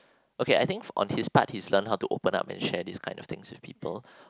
okay I think on his part he's learnt how to open up and share this kind of things with people